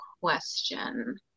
question